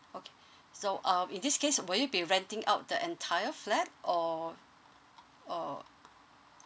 okay so uh in this case will you be renting out the entire flat or or